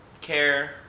Care